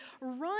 run